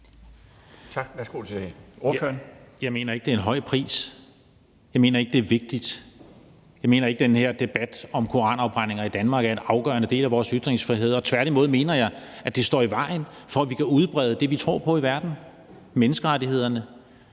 Jeg mener ikke, det er en høj pris. Jeg mener ikke, det er vigtigt. Jeg mener ikke, den her debat om koranafbrændinger i Danmark er en afgørende del af vores ytringsfrihed. Tværtimod mener jeg, at det står i vejen for, at vi kan udbrede det, vi tror på, i verden: menneskerettighederne,